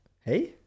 hey